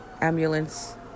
ambulance